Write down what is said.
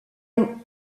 ont